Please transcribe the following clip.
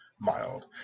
mild